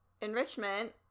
Enrichment